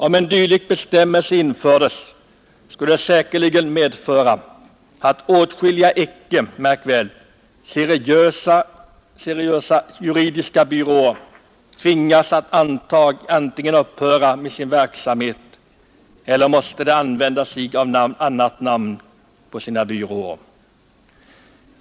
Om en dylik bestämmelse infördes skulle detta säkerligen medföra att åtskilliga icke seriösa juridiska byråer tvingades att antingen upphöra med sin verksamhet eller måste använda sig av annat namn på sina byråer.